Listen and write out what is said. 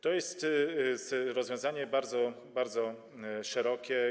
To jest rozwiązanie bardzo, bardzo szerokie.